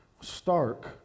stark